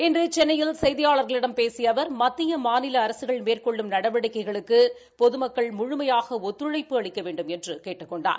இன்று சென்னையில் செய்தியாளர்களிடம் பேசிய அவர் மத்திய மாநில அரசுகள் மேற்கொள்ளும் நடவடிக்கைகளுக்கு பொதுமக்கள் முழுமையாக ஒத்துழைப்பு அளிக்க வேண்டுமென்று கேட்டுக் கொண்டார்